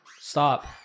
Stop